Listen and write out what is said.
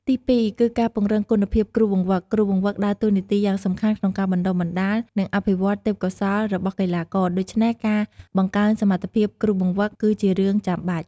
ទីពីរ គឺការពង្រឹងគុណភាពគ្រូបង្វឹក គ្រូបង្វឹកដើរតួនាទីយ៉ាងសំខាន់ក្នុងការបណ្ដុះបណ្ដាល និងអភិវឌ្ឍន៍ទេពកោសល្យរបស់កីឡាករ ដូច្នេះការបង្កើនសមត្ថភាពគ្រូបង្វឹក គឺជារឿងចាំបាច់។